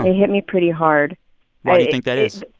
hit me pretty hard why do you think that is?